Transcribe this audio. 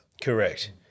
Correct